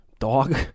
Dog